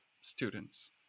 students